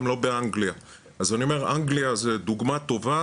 גם לגבי מערכת ההולכה,